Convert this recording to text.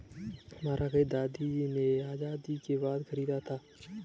हमारा खेत दादाजी ने आजादी के बाद खरीदा था